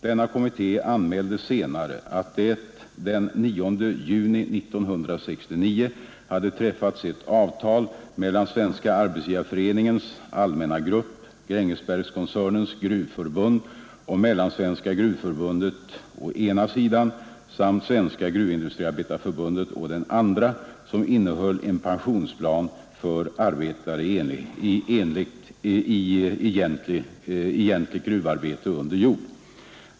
Denna kommitté anmälde senare att det den 9 juni 1969 hade träffats ett avtal mellan Svenska arbetsgivareföreningens allmänna grupp, Grängesbergskoncernens gruvförbund och Mellansvenska gruvförbundet, å ena sidan, samt Svenska gruvindustriarbetareförbundet, å den andra, som innehöll en pensionsplan för arbetare i egentligt gruvarbete under jord.